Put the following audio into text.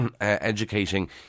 educating